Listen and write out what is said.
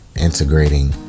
integrating